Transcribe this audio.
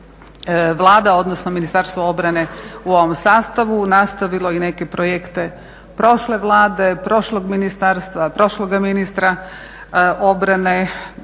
Vlada odnosno Ministarstvo obrane u ovom sastavu nastavilo i neke projekte prošle Vlade, prošlog ministarstva, prošloga ministra obrane